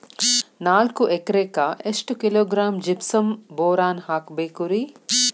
ನಾಲ್ಕು ಎಕರೆಕ್ಕ ಎಷ್ಟು ಕಿಲೋಗ್ರಾಂ ಜಿಪ್ಸಮ್ ಬೋರಾನ್ ಹಾಕಬೇಕು ರಿ?